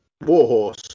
Warhorse